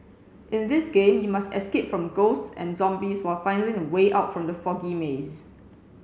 in this game you must escape from ghosts and zombies while finding the way out from the foggy maze